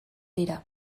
dira